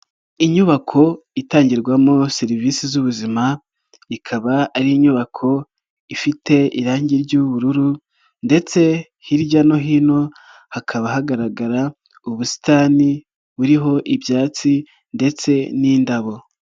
Inyubako itangirwamo serivisi z'ubuzima ikaba ari inyubako ifite irangi ry'ubururu ndetse hirya no hino hakaba hagaragara ubusitani buriho ibyatsi ndetse n'indabo.